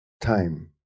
time